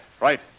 Right